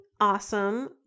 awesome